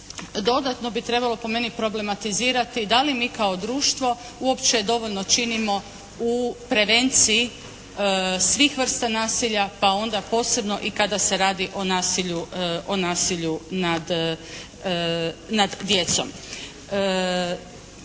dodatno bi trebalo po meni problematizirati da li mi kao društvo uopće dovoljno činimo u prevenciji svih vrsta nasilja pa onda posebno i kada se radi o nasilju, o